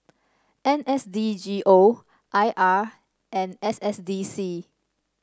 N S D G O I R and S S D C